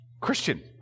Christian